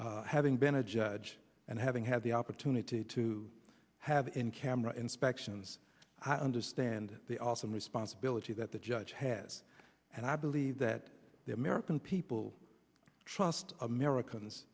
having been a judge and having had the opportunity to have in camera inspections i understand the awesome responsibility that the judge has and i believe that the american people trust americans